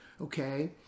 okay